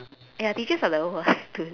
ya teachers are the worst to